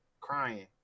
crying